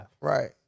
right